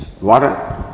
water